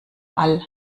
all